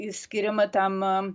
išskiriama tam